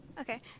okay